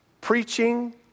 preaching